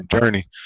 journey